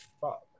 fuck